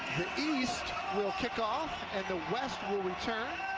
east will kickoff and the west will return.